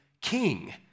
king